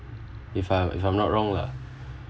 if I if I'm not wrong lah